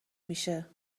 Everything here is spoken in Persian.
میشه